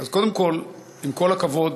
קודם כול, עם כל הכבוד,